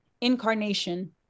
incarnation